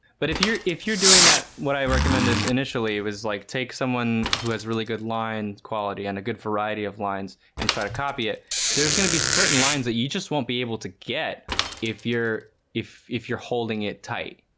but if you're if you're doing that what i recommended initially it was like take someone who has really good line quality and a good variety of lines and try to copy it there's gonna be certain lines that you just won't be able to get if you're if if you're holding it tight